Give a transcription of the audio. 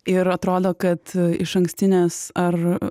ir atrodo kad išankstinės ar